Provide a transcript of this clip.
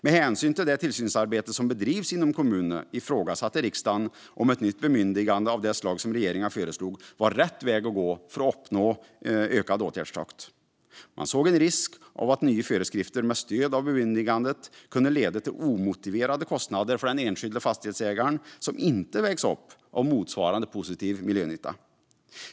Med hänsyn till det tillsynsarbete som bedrivs inom kommunerna ifrågasatte riksdagen om ett nytt bemyndigande av det slag som regeringen föreslog var rätt väg att gå för att uppnå en ökad åtgärdstakt. Man såg en risk för att nya föreskrifter med stöd av bemyndigandet kunde leda till omotiverade kostnader för den enskilda fastighetsägaren som inte vägs upp av en motsvarande positiv miljönytta.